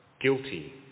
Guilty